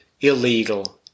illegal